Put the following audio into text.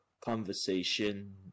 conversation